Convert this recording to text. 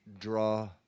draw